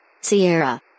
Sierra